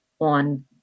on